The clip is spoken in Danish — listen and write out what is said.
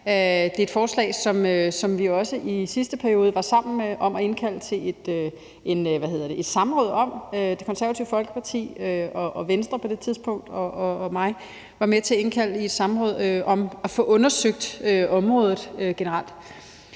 Det er et forslag, som vi også i sidste periode var sammen om at indkalde til et samråd om. Det Konservative Folkeparti, Venstre og jeg var på det tidspunkt med til at indkalde til et samråd om at få undersøgt området generelt.